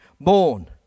born